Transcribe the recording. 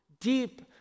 deep